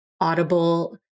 audible